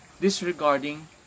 disregarding